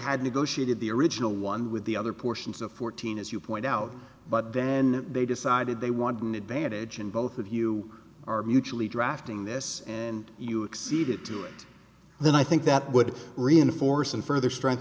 had negotiated the original one with the other portions of fourteen as you point out but then they decided they wanted an advantage and both of you are mutually drafting this and you exceed it to it then i think that would reinforce and further strength